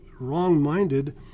wrong-minded